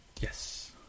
Yes